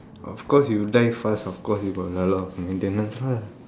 of course you drive fast of course you got a lot of maintenance lah